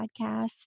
podcast